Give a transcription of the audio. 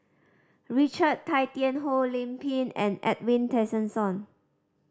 Richard Tay Tian Hoe Lim Pin and Edwin Tessensohn